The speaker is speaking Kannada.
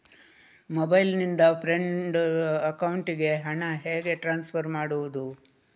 ಮೊಬೈಲ್ ನಿಂದ ಫ್ರೆಂಡ್ ಅಕೌಂಟಿಗೆ ಹಣ ಹೇಗೆ ಟ್ರಾನ್ಸ್ಫರ್ ಮಾಡುವುದು?